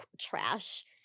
trash